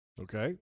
Okay